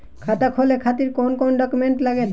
खाता खोले के खातिर कौन कौन डॉक्यूमेंट लागेला?